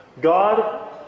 God